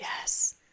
Yes